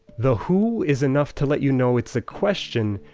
the who is enough to let you know it's a question,